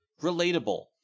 relatable